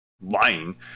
lying